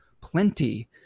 plenty